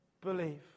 believe